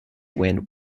win